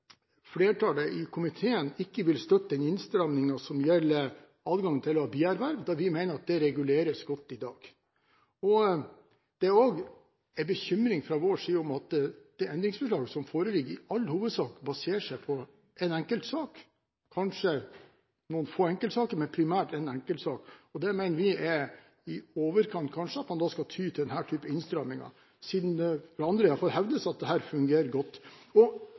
Flertallet i komiteen vil ikke støtte den innstrammingen som gjelder adgangen til å ha bierverv, da vi mener det reguleres godt i dag. Det er også en bekymring fra vår side at det endringsforslaget som foreligger, i all hovedsak baserer seg på en enkeltsak – kanskje noen få enkeltsaker, men primært én enkeltsak. Vi mener det kanskje er i overkant at man da skal ty til denne type innstramminger, siden det av andre iallfall hevdes at dette fungerer godt.